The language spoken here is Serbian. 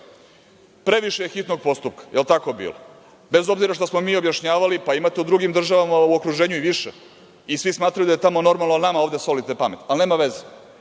previše je hitnog postupka, jel tako bilo? Bez obzira što smo mi objašnjavali da ima u drugim državama u okruženju i više i smatraju da je tamo normalno, a nama ovde solite pamet, ali nema veze.